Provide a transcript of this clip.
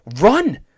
Run